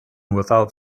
without